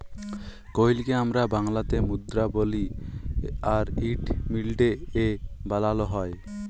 কইলকে আমরা বাংলাতে মুদরা বলি আর ইট মিলটে এ বালালো হয়